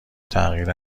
تغییر